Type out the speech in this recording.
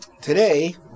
today